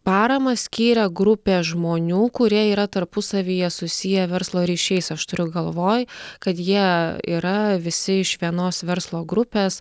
paramą skyrė grupė žmonių kurie yra tarpusavyje susiję verslo ryšiais aš turiu galvoj kad jie yra visi iš vienos verslo grupės